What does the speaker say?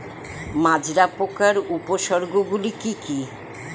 মাজরা পোকার উপসর্গগুলি কি কি?